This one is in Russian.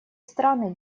страны